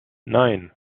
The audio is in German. nein